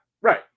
right